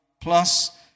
plus